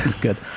Good